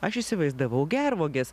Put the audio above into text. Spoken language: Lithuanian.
aš įsivaizdavau gervuoges